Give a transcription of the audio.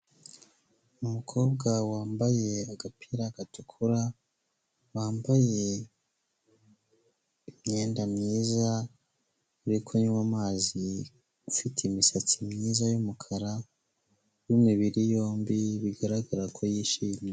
Umukobwa wambaye agapira gatukura, wambaye imyenda myiza uri kunywa amazi ufite imisatsi myiza y'umukara, w'imibiri yombi bigaragara ko yishimye.